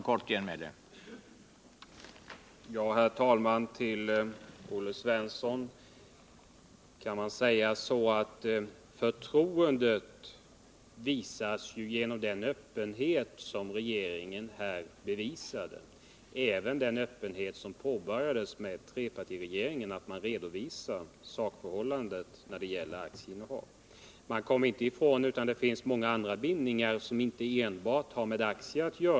Herr talman! Till Olle Svensson kan jag säga att förtroendet vinns genom den öppenhet som regeringen här visade och även den öppenhet som påbörjades med trepartiregeringen — att man redovisar sakförhållandet när det gäller aktieinnehav. Vi kommer inte ifrån att det finns många andra bindningar, som inte enbart har med aktier att göra.